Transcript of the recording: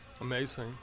Amazing